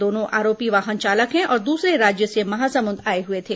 दोनों आरोपी वाहन चालक है और दूसरे राज्य से महासमुंद आए हुए थे